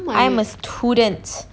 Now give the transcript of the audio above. I'm a student